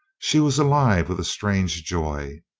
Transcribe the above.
she was alive with a strange joy.